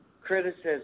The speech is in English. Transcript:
criticism